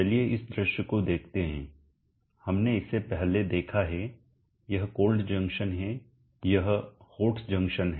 चलिए इस दृश्य को देखते हैं हमने इसे पहले देखा है यह कोल्ड cold ठंडा जंक्शन है यह हॉट hot गरम जंक्शन है